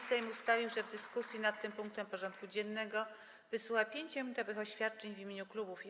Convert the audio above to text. Sejm ustalił, że w dyskusji nad tym punktem porządku dziennego wysłucha 5-minutowych oświadczeń w imieniu klubów i kół.